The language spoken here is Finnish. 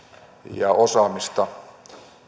ja osaamista